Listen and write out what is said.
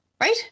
right